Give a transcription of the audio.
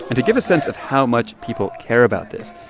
and to give a sense of how much people care about this,